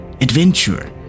adventure